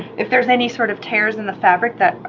if there's any sort of tears in the fabric that,